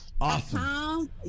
Awesome